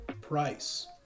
price